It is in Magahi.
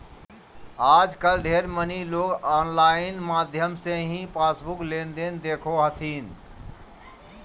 आजकल ढेर मनी लोग आनलाइन माध्यम से ही पासबुक लेनदेन देखो हथिन